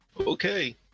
okay